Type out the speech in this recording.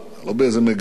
לא באיזו מגירה,